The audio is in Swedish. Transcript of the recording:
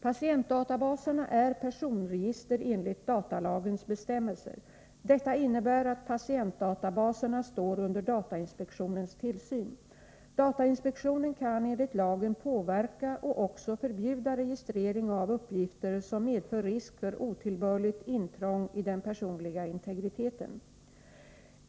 Patientdatabaserna är personregister enligt datalagens bestämmelser. Detta innebär att patientdatabaserna står under datainspektionens tillsyn. Datainspektionen kan enligt lagen påverka och också förbjuda registrering av uppgifter som medför risk för otillbörligt intrång i den personliga integriteten.